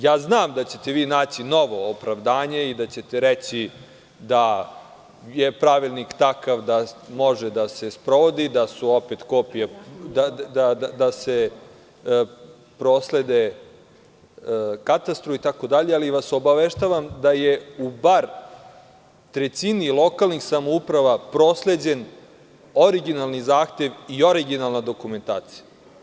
Ja znam da ćete vi naći novo opravdanje i da ćete reći da je pravilnik takav da može da se sprovodi, da se opet kopije proslede katastru, itd, ali vas obaveštavam da je u bar trećini lokalnih samouprava prosleđen originalni zahtev i originalna dokumentacija.